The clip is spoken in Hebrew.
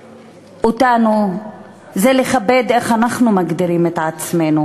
מלכבד אותנו זה לכבד את איך שאנחנו מגדירים את עצמנו,